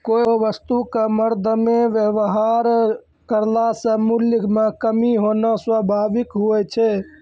कोय वस्तु क मरदमे वेवहार करला से मूल्य म कमी होना स्वाभाविक हुवै छै